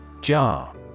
JAR